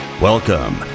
Welcome